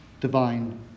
divine